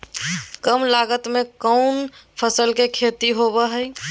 काम लागत में कौन फसल के खेती होबो हाय?